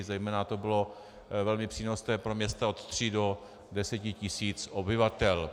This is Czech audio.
Zejména to bylo velmi přínosné pro města od tří do deseti tisíc obyvatel.